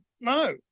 no